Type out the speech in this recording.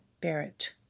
Barrett